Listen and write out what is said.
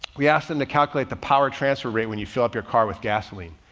we ask them to calculate the power transfer rate when you fill up your car with gasoline.